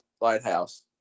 Lighthouse